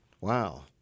Wow